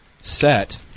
set